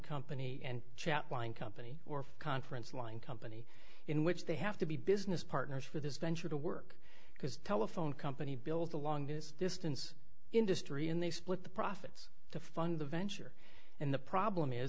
company and chat line company or conference line company in which they have to be business partners for this venture to work because the telephone company builds the longest distance industry and they split the profits to fund the venture and the problem is